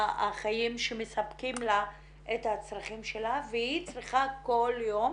החיים שמספקים לה את הצרכים שלה והיא צריכה כל יום